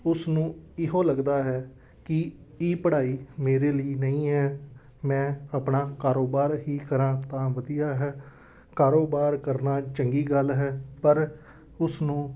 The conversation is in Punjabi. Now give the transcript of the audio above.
ਉਸ ਨੂੰ ਇਹੋ ਲੱਗਦਾ ਹੈ ਕਿ ਇਹ ਪੜ੍ਹਾਈ ਮੇਰੇ ਲਈ ਨਹੀਂ ਹੈ ਮੈਂ ਆਪਣਾ ਕਾਰੋਬਾਰ ਹੀ ਕਰਾਂ ਤਾਂ ਵਧੀਆ ਹੈ ਕਾਰੋਬਾਰ ਕਰਨਾ ਚੰਗੀ ਗੱਲ ਹੈ ਪਰ ਉਸ ਨੂੰ